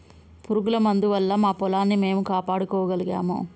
పురుగుల మందు వల్ల మా పొలాన్ని మేము కాపాడుకోగలిగాము